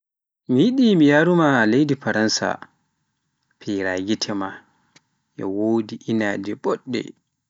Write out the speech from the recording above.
Mi yiɗi miyaaru ma leydi Faransa fera gite maa, e wodi inaaje boɗɗe.